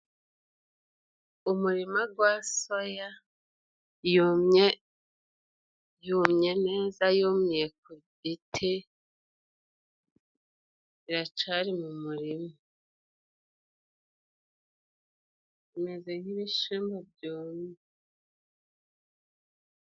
Umurima gwa soya yumye, yumye neza yumiye ku biti iracari mu murima, imeze nk'ibishimbo byumye.